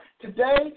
Today